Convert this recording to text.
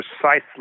precisely